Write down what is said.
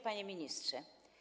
Panie Ministrze!